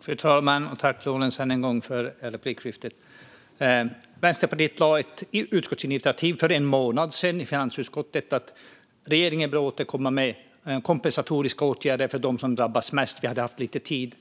Fru talman! Tack än en gång, Lorentz, för replikskiftet! Vänsterpartiet lade för en månad sedan fram ett utskottsinitiativ i finansutskottet med innebörden att regeringen bör återkomma med kompensatoriska åtgärder för dem som drabbas mest. Vi hade haft lite tid.